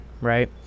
right